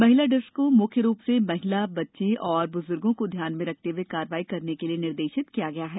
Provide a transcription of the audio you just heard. महिला डेस्क को मुख्य रूप से महिला बच्चे एवं बुजुर्गो को ध्यान में रखते हुए कार्यवाही करने के लिये निर्देशित किया गया है